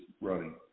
running